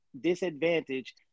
disadvantage